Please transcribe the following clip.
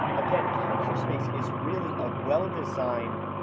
again, capture space is really a well designed,